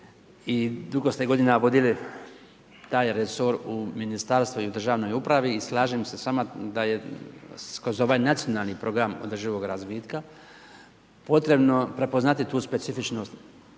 i dugo ste godina vodili taj resor u ministarstvu i u državnoj upravi i slažem se s vama da je kroz ovaj nacionalni program održivog razvitka potrebno prepoznati tu specifičnost,